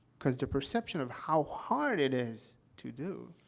because their perception of how hard it is to do,